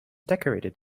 decorated